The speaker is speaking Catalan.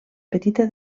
petita